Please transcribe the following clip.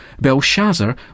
Belshazzar